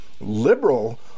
liberal